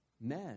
Men